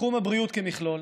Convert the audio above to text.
בתחום הבריאות כמכלול,